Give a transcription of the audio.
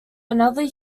another